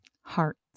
Heart